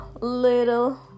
little